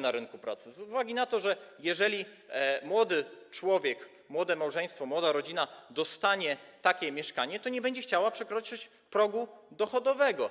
na rynku pracy z uwagi na to, że jeżeli młody człowiek czy młode małżeństwo, młoda rodzina dostaną takie mieszkanie, to nie będą chcieli przekroczyć progu dochodowego.